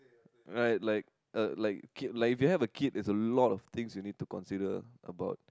right like uh like like if you have a kid is a lot of things you need to consider about